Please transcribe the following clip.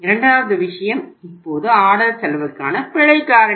இரண்டாவது விஷயம் இப்போது ஆர்டர் செலவுக்கான பிழை காரணி